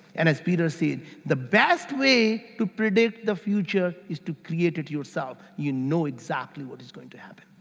and as peter said, the best way to predict the future, is to create it yourself, you know exactly what is going to happen